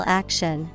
action